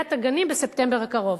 ובניית הגנים לספטמבר הקרוב.